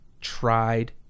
tried